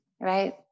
right